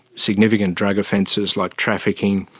significant drug offences like trafficking,